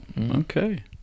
okay